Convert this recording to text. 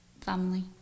Family